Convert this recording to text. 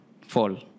fall